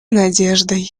надеждой